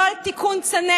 לא על תיקון צנרת,